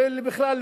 ובכלל,